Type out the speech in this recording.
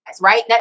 right